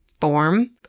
form